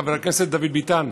חבר הכנסת דוד ביטן,